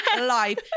life